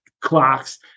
clocks